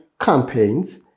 campaigns